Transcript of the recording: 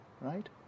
right